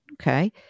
Okay